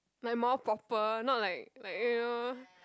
like more proper not like like you know